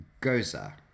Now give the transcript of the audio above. Goza